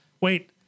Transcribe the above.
wait